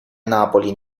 napoli